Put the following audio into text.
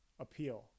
appeal